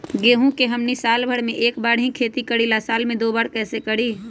गेंहू के हमनी साल भर मे एक बार ही खेती करीला साल में दो बार कैसे करी?